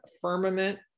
firmament